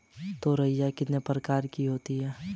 तोरियां कितने प्रकार की होती हैं?